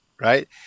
right